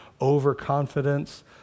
overconfidence